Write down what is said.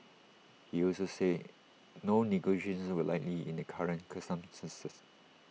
he also said no negotiations were likely in the current circumstances